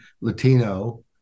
Latino